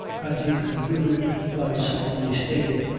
and he concluded by solemnly stating,